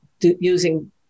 using